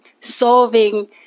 solving